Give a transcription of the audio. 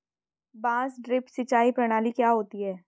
बांस ड्रिप सिंचाई प्रणाली क्या होती है?